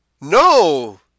No